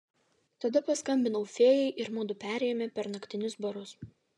tada paskambinau fėjai ir mudu perėjome per naktinius barus